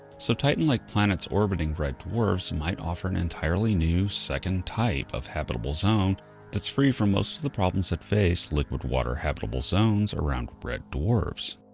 so titan-like planets orbiting red dwarfs might offer an entirely new, second type of habitable zone that's free from most of the problems that face standard liquid water habitable zones around red dwarfs.